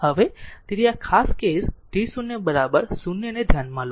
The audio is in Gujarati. હવે તેથી ખાસ કેસ t0 બરાબર 0 ને ધ્યાનમાં લો